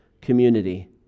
community